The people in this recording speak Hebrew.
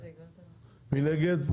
מי נגד?